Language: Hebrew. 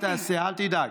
אתה תעשה, אל תדאג.